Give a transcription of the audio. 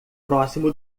próximo